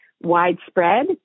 widespread